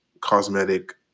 cosmetic